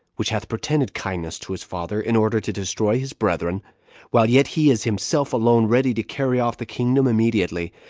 which hath pretended kindness to his father, in order to destroy his brethren while yet he is himself alone ready to carry off the kingdom immediately,